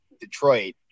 Detroit